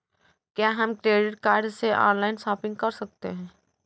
क्या हम credit card से ऑनलाइन शॉपिंग कर सकते हैं?